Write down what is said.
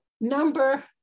number